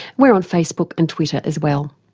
we're on facebook and twitter as well.